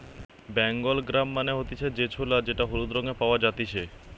Bengal gram মানে হতিছে যে ছোলা যেটা হলুদ রঙে পাওয়া জাতিছে